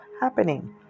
happening